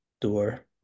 doer